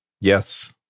Yes